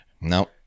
No